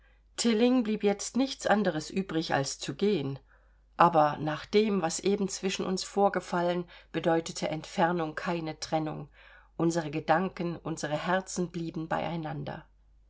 tilling blieb jetzt nichts anderes übrig als zu gehen aber nach dem was eben zwischen uns vorgefallen bedeutete entfernung keine trennung unsere gedanken unsere herzen blieben bei